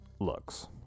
looks